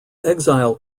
exile